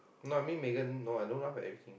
not me Megan no I don't laugh everything